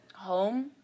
home